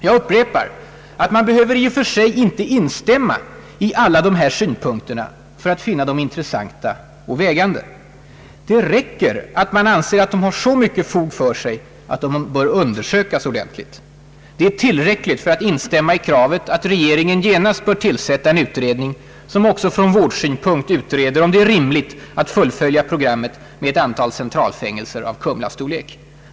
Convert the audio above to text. Jag upprepar att man inte i och för sig behöver instämma i alla dessa synpunkter för att finna dem intressanta och vägande, Det räcker att man anser att de har så mycket fog för sig, att de bör undersökas ordentligt. Det är tillräckligt för att instämma i kravet att regeringen genast bör tillsätta en utredning, som också från vårdsynpunkt utreder om det är rimligt att fullfölja programmet med ett antal storfängelser av Kumlastorlek.